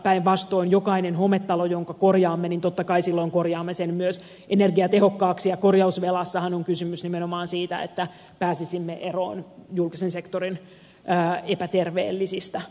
päinvastoin jokaisen hometalon jonka korjaamme totta kai silloin korjaamme myös energiatehokkaaksi ja korjausvelassahan on kysymys nimenomaan siitä että pääsisimme eroon julkisen sektorin epäterveellisistä rakennuksista